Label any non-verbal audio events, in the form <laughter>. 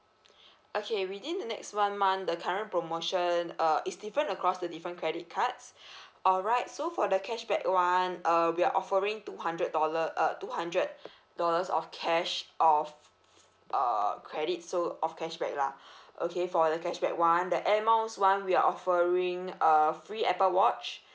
okay within the next one month the current promotion uh is different across the different credit cards alright so for the cashback one uh we are offering two hundred dollar uh two hundred <breath> dollars of cash of f~ f~ uh credit so of cashback lah <breath> okay for the cashback [one] the air miles [one] we are offering a free Apple watch